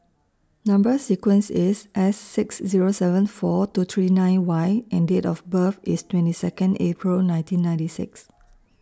Number sequence IS S six Zero seven four two three nine Y and Date of birth IS twenty Second April nineteen ninety six